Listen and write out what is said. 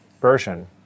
version